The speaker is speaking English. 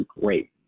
great